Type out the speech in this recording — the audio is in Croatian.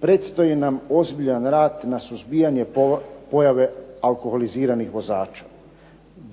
Predstoji nam ozbiljan rad na suzbijanju pojave alkoholiziranih vozača.